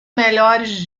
melhores